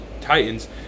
Titans